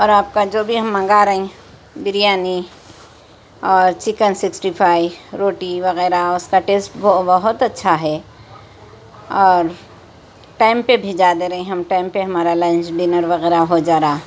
اور آپ کا جو بھی ہم منگا رہیں بریانی اور چکن سکسٹی فائی روٹی وغيرہ اس كا ٹيسٹ بہت اچّھا ہے اور ٹائم پہ بھيجا دے رہے ہم ٹائم پہ ہمارا لنچ ڈنر وغیرہ ہو جا رہا